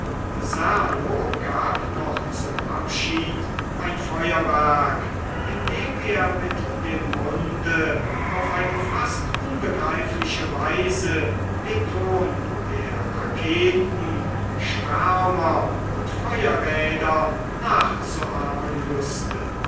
serlo gab noch zum abschied ein feuerwerk indem er mit dem munde auf eine fast unbegreifliche weise den ton der raketen schwärmer und feuerräder nachzuahmen wußte